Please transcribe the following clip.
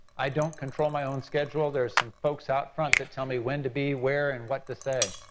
i don't control my own schedule, there's some folks out front that tell me when to be where and what to say.